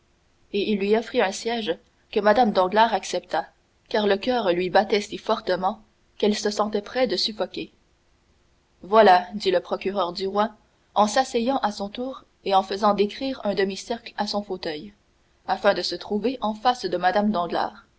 et il lui offrit un siège que mme danglars accepta car le coeur lui battait si fortement qu'elle se sentait près de suffoquer voilà dit le procureur du roi en s'asseyant à son tour et en faisant décrire un demi-cercle à son fauteuil afin de se trouver en face de mme